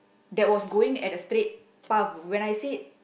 that was going at a straight path when I said